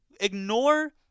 Ignore